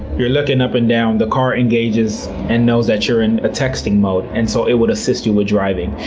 you're looking up and down, the car engages and knows that you're in a texting mode and so it would assist you with driving.